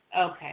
Okay